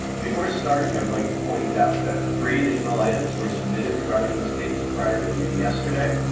before starting, i would like to point out that three additional items were submitted regarding this case, prior to noon yesterday,